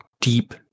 deep